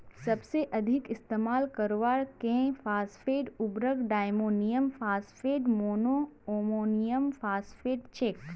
सबसे अधिक इस्तेमाल करवार के फॉस्फेट उर्वरक डायमोनियम फॉस्फेट, मोनोअमोनियमफॉस्फेट छेक